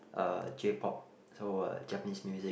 uh J-pop so uh Japaneses music